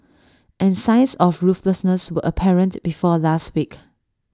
and signs of ruthlessness were apparent before last week